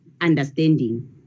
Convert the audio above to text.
understanding